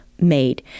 made